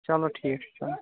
چَلو ٹھیٖک چھُ چَلو